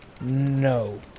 No